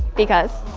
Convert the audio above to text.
because.